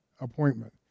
appointment